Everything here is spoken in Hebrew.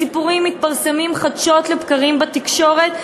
הסיפורים מתפרסמים חדשות לבקרים בתקשורת,